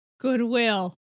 Goodwill